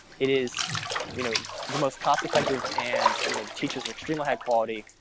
it is you know the most cost effective, and you know the teachers are extremely high-quality,